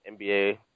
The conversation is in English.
NBA